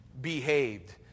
behaved